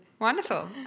Wonderful